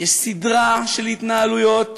יש סדרה של התנהלויות